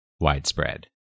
widespread